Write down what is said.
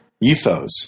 ethos